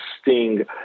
sting